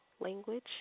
language